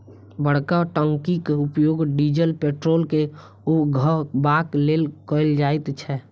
बड़का टंकीक उपयोग डीजल पेट्रोल के उघबाक लेल कयल जाइत छै